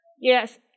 yes